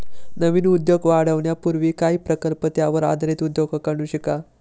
नवीन उद्योग वाढवण्यापूर्वी काही प्रकल्प त्यावर आधारित उद्योगांकडून शिका